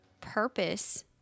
purpose